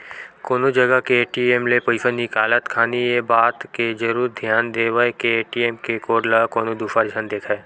कोनो जगा के ए.टी.एम ले पइसा निकालत खानी ये बात के जरुर धियान देवय के ए.टी.एम के कोड ल कोनो दूसर झन देखय